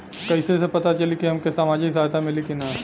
कइसे से पता चली की हमके सामाजिक सहायता मिली की ना?